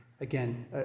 Again